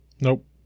Nope